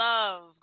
Love